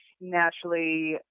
naturally